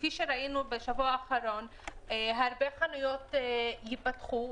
וכפי שראינו בשבוע האחרון - הרבה חנויות ייפתחו,